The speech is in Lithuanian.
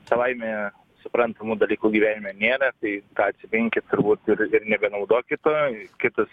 savaime suprantamų dalykų gyvenime nėra tai ką atsiminkit turbūt ir ir nebenaudokit to kitas